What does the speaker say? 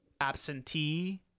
absentee